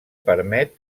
permet